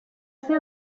ser